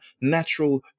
natural